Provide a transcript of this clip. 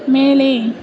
மேலே